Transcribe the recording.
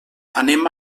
anem